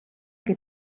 che